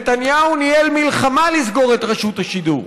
נתניהו ניהל מלחמה לסגור את רשות השידור.